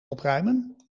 opruimen